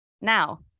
now